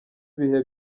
ibihe